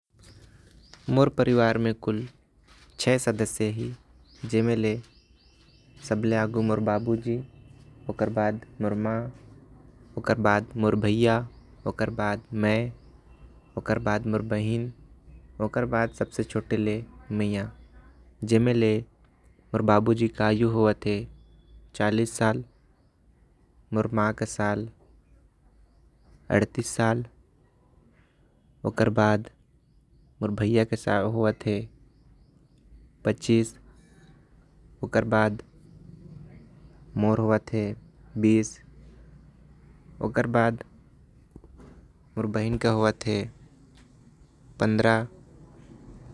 मोर परिवार मे कुल छ सदस्य हे जेम ले सबसे अगु मोर बाबूजी। मोर मां मोर भइया ओकर बाद मै ओकर बाद मोर बहिन ओकर। बाद सबसे छोटे ले मईया मोर बाबूजी के आयु होवे हे चालीस साल। मोर म के अड़तीस साल ओकर बाद मोर भइया के होवे है। पच्चीस ओकर बाद मोर होवे हे बीस ओकर बाद मोर बहिन के होवे है पंद्रह।